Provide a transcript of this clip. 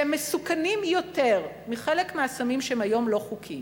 שהם מסוכנים יותר מחלק מהסמים שהם היום לא חוקיים,